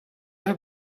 have